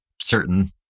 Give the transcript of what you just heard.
certain